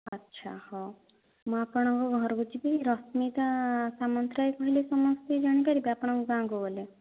ଆଚ୍ଛା ହେଉ ମୁଁ ଆପଣଙ୍କ ଘରକୁ ଯିବି ରଶ୍ମିତା ସାମନ୍ତରାୟ କହିଲେ ସମସ୍ତେ ଜାଣି ପାରିବେ ଆପଣଙ୍କ ଗାଁକୁ ଗଲେ